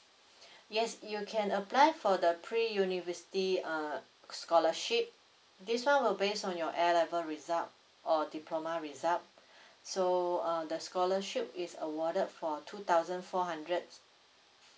yes you can apply for the pre university uh scholarship this one will based on your A level result or diploma result so uh the scholarship is awarded for two thousand four hundred